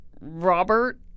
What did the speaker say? Robert